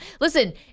listen